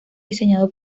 diseñado